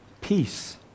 peace